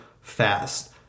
fast